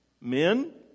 Men